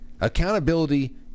Accountability